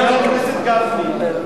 חבר הכנסת גפני,